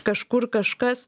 kažkur kažkas